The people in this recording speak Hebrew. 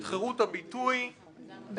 את חירות הביטוי ואת האפשרות --- בטח,